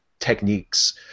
techniques